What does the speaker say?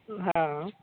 हँ